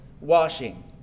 washing